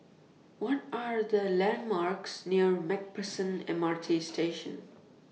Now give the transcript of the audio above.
What Are The landmarks near MacPherson M R T Station